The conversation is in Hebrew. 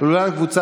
ככה.